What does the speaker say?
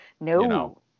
No